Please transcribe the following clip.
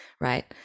right